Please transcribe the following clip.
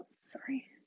Sorry